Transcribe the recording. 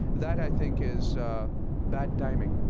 that, i think, is bad timing.